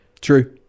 True